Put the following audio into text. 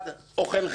"אוכל חינם".